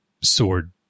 sword